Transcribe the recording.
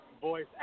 voice